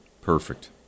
Perfect